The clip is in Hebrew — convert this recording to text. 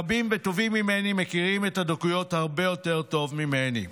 רבים וטובים ממני מכירים את הדקויות הרבה יותר טוב ממני.